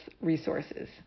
resources